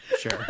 Sure